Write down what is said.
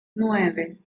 nueve